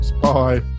Bye